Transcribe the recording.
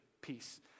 peace